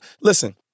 Listen